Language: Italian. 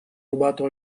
rubato